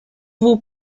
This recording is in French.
vous